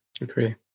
agree